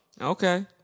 Okay